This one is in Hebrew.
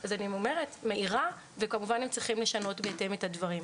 אז אני אומרת ומעירה וכמובן הם צריכים לשנות בהתאם את הדברים.